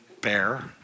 bear